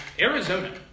Arizona